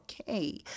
Okay